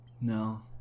no